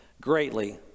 greatly